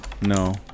No